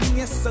yes